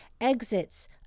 exits